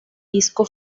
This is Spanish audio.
disco